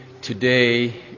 today